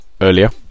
earlier